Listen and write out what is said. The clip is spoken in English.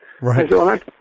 Right